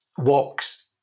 walks